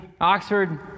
Oxford